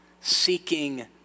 seeking